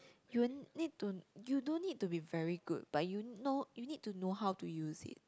you need to you don't need to be very good but you know you need to know how to use it